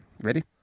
Ready